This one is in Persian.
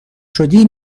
شدی